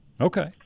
Okay